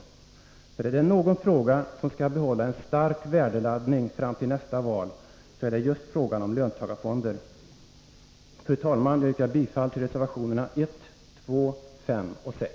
För är det någon fråga som skall behålla en stark värdeladdning fram till nästa val, så är det just frågan om löntagarfonder. Fru talman! Jag yrkar bifall till reservationerna 1, 2, 5 och 6.